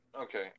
Okay